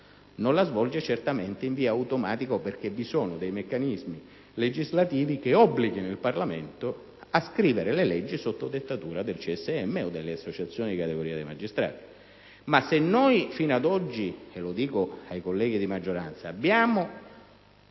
ma su richiesta, e non in via automatica o perché vi siano dei meccanismi legislativi che obblighino il Parlamento a scrivere le leggi sotto dettatura del CSM o delle associazioni di categoria dei magistrati. Se noi fino ad oggi - e lo dico ai colleghi di maggioranza - abbiamo